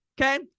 okay